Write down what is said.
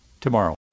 tomorrow